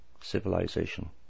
Civilization